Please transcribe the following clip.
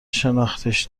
شناختیش